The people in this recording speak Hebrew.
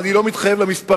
אני לא מתחייב על המספרים,